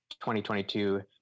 2022